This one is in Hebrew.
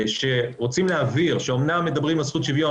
שרוצים להבהיר שאמנם מדברים על זכות שוויון,